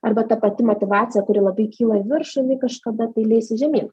arba ta pati motyvacija kuri labai kyla į viršų ji kažkada tai leisis žemyn